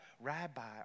rabbi